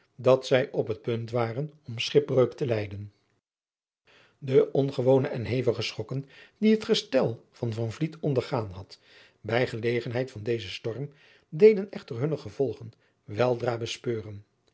dat zij op het punt waren om schipbreuk te lijden de ongewone en hevige schokken die het gestel van van vliet ondergaan had bij gelegenheid van dezen storm deden echter hunne gevolgen weldra bespeuren